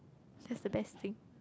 that's the best thing